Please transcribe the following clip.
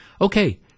okay